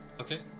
Okay